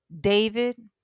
David